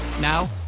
Now